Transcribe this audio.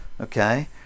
okay